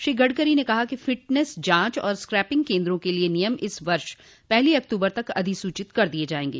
श्री गडकरी ने कहा कि फिटनेस जांच और स्क्रैपिंग केन्द्रों के लिए नियम इस वर्ष पहली अक्टूबर तक अधिसूचित कर द दिये जाएंगे